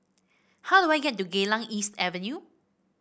how do I get to Geylang East Avenue